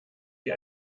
wie